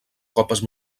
copes